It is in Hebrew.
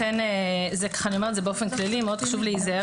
אני אומרת באופן כללי שמאוד חשוב להיזהר